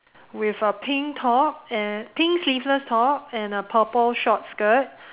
with a pink top and pink sleeveless top and a purple short skirt